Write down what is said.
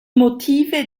motive